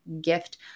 gift